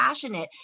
passionate